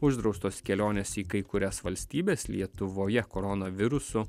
uždraustos kelionės į kai kurias valstybes lietuvoje corona virusu